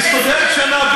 מצוינים.